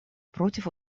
против